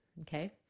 Okay